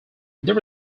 there